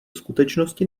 skutečnosti